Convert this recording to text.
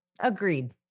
agreed